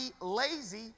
lazy